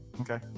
okay